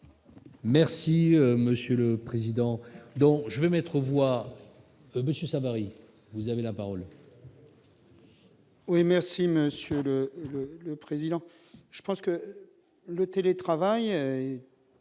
Merci monsieur le président, donc je vais mettre aux voix Monsieur Savary, vous avez la parole. Oui, merci Monsieur le le le président je pense que le télétravail est